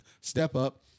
step-up